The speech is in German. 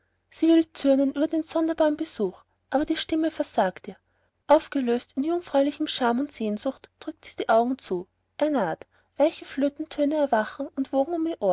über den sonderbaren besuch aber die stimme versagt ihr aufgelöst in jungfräuliche scham und sehnsucht drückt sie die augen zu er naht weiche flötentöne erwachen und wogen